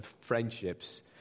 friendships